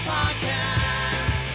Podcast